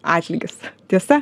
atlygis tiesa